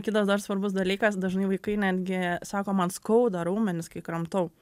kitas dar svarbus dalykas dažnai vaikai netgi sako man skauda raumenis kai kramtau